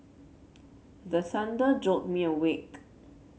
the thunder jolt me awake